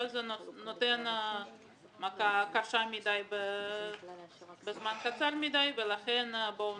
זה נותן מכה קשה מדי בזמן קצר מדי ולכן בואו